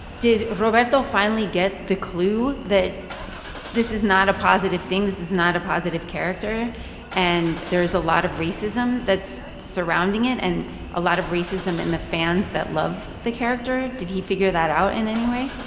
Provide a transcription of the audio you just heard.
did roberto finally get the clue that this is not a positive thing, this is not a positive character and there is a lot of racism that's surrounding it and a lot of racism in the fans that love the character? did he figure that out in any way?